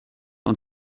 und